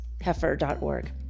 heifer.org